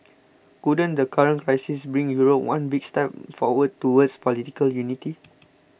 couldn't the current crisis bring Europe one big step forward towards political unity